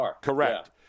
Correct